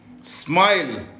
Smile